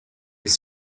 elle